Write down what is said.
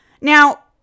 Now